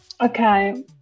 Okay